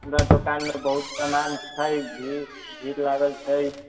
हमरा दोकानमे बहुत सामान छै भी भीड़ लागल छै